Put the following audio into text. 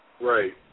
Right